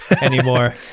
anymore